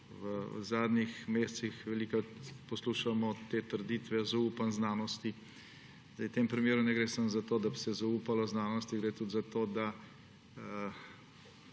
V zadnjih mesecih velikokrat poslušamo te trditve zaupanj znanosti. V tem primeru ne gre samo za to, da bi se zaupalo znanosti, gre tudi za to, da